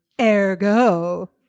Ergo